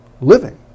living